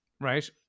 right